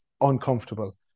uncomfortable